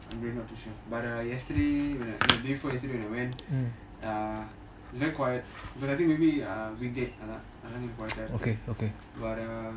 we're not too sure but uh yesterday the day before yesterday when I went uh it was very quiet because I think maybe uh weekday அதன் அதன் கொஞ்சம்:athan athan konjam quiet eh இருக்கு வர:iruku vara but uh